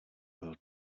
byl